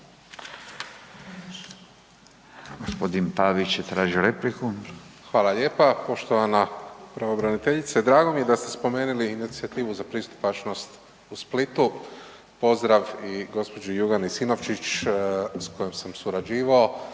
**Pavić, Marko (HDZ)** Hvala lijepa. Poštovana pravobraniteljice, drago mi je da ste spomenili inicijativu „Za pristupačnost u Splitu“, pozdrav i gđi. Jugani Sinovčić s kojom sam surađivao